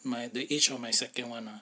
my the age of my second one ah